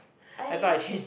I